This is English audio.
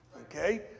Okay